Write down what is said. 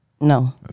No